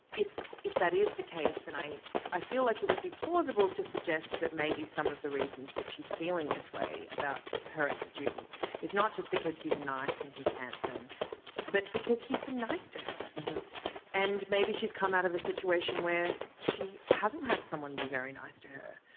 if if that is the case then i i feel like it would be plausible to suggest that maybe some of the reasons that she's feeling this way about her ex student is not just because he's nice and he's handsome but because he's been nice to her and maybe she's come out of a situation where she hasn't had someone be very nice to her